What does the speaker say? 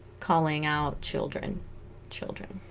calling out children children